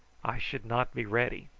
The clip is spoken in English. i should not be ready.